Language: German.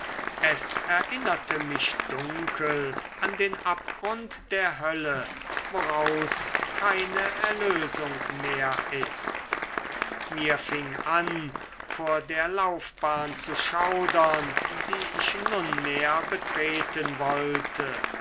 es erinnerte mich dunkel an den abgrund der hölle woraus keine erlösung mehr ist mir fing an vor der laufbahn zu schaudern die ich nunmehr betreten wollte